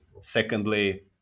Secondly